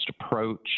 approach